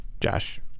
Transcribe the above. Josh